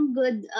good